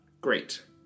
great